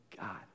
God